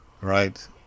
Right